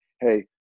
hey